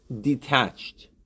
detached